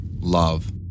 love